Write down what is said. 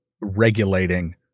regulating